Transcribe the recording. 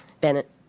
Bennett